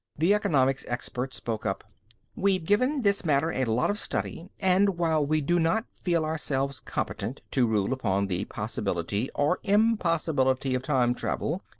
the economics expert spoke up we've given this matter a lot of study and, while we do not feel ourselves competent to rule upon the possibility or impossibility of time travel,